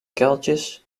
kuiltjes